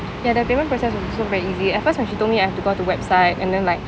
ya the payment process was also very easy at first when she told me I had to go to website and then like